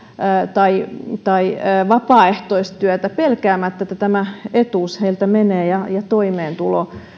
tai tai vapaaehtoistyötä pelkäämättä että tämä etuus heiltä menee ja ja toimeentulo